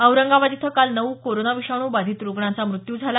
औरंगाबाद इथं काल नऊ कोरोना विषाणू बाधित रुग्णांचा मृत्यू झाला